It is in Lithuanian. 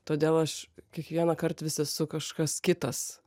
todėl aš kiekvieną kart vis esu kažkas kitas